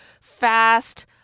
fast